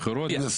אנו